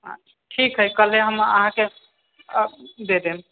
ठीक हइ कल्हे हम अहाँकेँ दे देब